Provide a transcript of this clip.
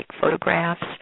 photographs